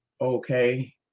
Okay